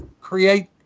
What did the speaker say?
create